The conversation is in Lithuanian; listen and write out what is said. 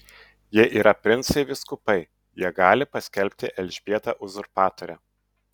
jie yra princai vyskupai jie gali paskelbti elžbietą uzurpatore